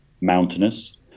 mountainous